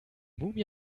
mumie